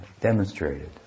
demonstrated